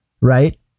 right